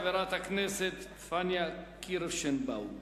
חברת הכנסת פניה קירשנבאום.